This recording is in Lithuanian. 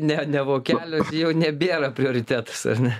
ne ne vokeliuose jau nebėra prioritetas ar ne